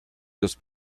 los